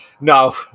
No